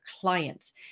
clients